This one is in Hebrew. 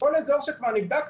כל אזור שכבר נבדק,